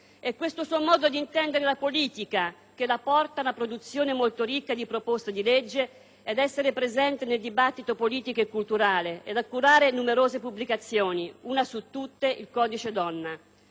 È questo suo modo di intendere la politica che la porta a una produzione molto ricca di progetti di legge e ad essere presente nel dibattito politico e culturale, oltre che a curare numerose pubblicazioni: una su tutte, il "Codice Donna".